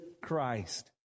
Christ